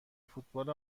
فوتبال